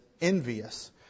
envious